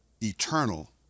eternal